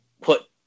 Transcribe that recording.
put